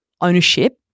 ownership